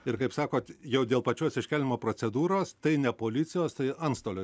ir kaip sakot jau dėl pačios iškeldinimo procedūros tai ne policijos tai antstolio